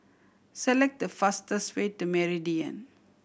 select the fastest way to Meridian